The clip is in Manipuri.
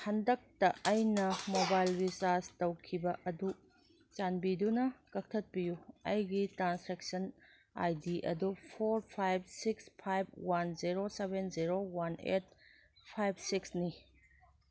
ꯍꯟꯗꯛꯇ ꯑꯩꯅ ꯃꯣꯕꯥꯏꯜ ꯔꯤꯆꯥꯔꯖ ꯇꯧꯈꯤꯕ ꯑꯗꯨ ꯆꯥꯟꯕꯤꯗꯨꯅ ꯀꯛꯊꯠꯄꯤꯎ ꯑꯩꯒꯤ ꯇ꯭ꯔꯥꯟꯁꯦꯛꯁꯟ ꯑꯥꯏ ꯗꯤ ꯑꯗꯨ four five six five one zero seven zero one eight five ꯁꯤꯛꯁꯅꯤ